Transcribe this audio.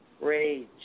rage